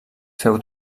féu